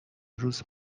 روز